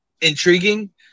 intriguing